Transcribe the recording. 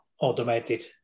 automated